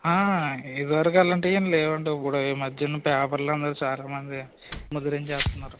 ఇది వరకు అలాంటివి ఏం లేవండి ఇప్పుడు ఈ మధ్యన పేపర్లను చాల మంది ముద్రించేస్తున్నారు